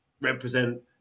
represent